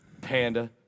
Panda